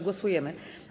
Głosujemy.